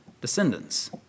descendants